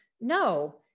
No